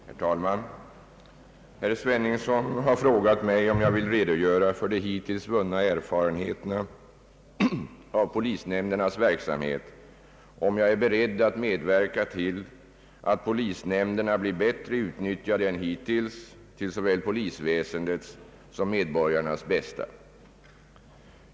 Herr talman! Herr Sveningsson har i en interpellation frågat mig om jag vill redogöra för de hittills vunna erfarenheterna av polisnämndernas verksamhet och om jag är beredd att medverka till att polisnämnderna blir bättre utnyttjade än hittills till såväl polisväsendets som medborgarnas bästa.